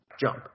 jump